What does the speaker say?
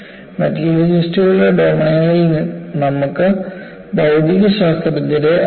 മെറ്റലർജിസ്റ്റുകളുടെ ഡൊമെയ്നിൽ നമുക്ക് ഭൌതിക ശാസ്ത്രജ്ഞരെ അറിയാം